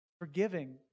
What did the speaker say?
Forgiving